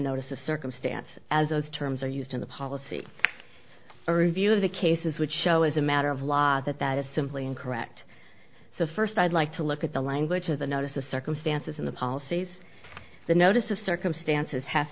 notice of circumstance as those terms are used in the policy or review of the cases would show as a matter of law that that is simply incorrect so first i'd like to look at the language of the notice of circumstances in the policies the notice of circumstances has